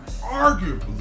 arguably